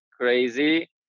crazy